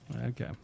Okay